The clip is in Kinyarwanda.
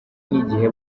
n’igihe